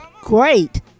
great